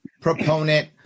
proponent